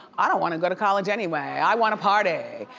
i don't want to go to college anyway, i want to party.